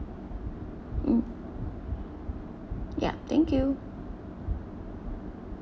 mm ya thank you